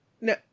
No